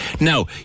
Now